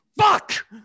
fuck